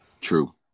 True